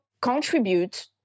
contribute